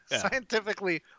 Scientifically